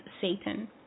Satan